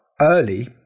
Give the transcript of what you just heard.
early